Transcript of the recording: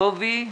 טובי פישביין,